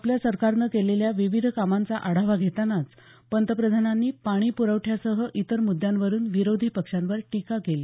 आपल्या सरकारनं केलेल्या विविध कामांचा आढावा घेतानाच पंतप्रधानांनी पाणी प्रवठ्यासह इतर मुद्यावरुन विरोधी पक्षांवर टीका केला